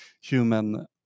human